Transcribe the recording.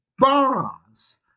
Bars